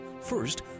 First